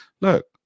Look